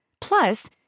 Plus